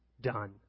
done